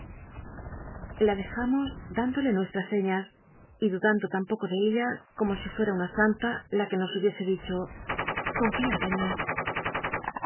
la dejamos chíndole nuestras señas y dudando lan poco de ella como si fuem una santa la que nos hubiese dicho confiad en mí